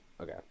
Okay